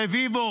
רביבו